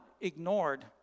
ignored